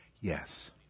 Yes